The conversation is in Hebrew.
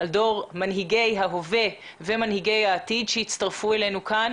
על דור מנהיגי ההווה ומנהיגי העתיד שהצטרפו אלינו כאן